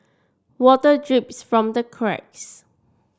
water drips from the cracks